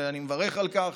ואני מברך על כך,